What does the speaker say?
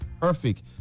perfect